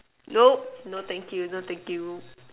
nope no thank you no thank you